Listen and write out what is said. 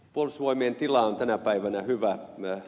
puolustusvoimien tila on tänä päivänä hyvä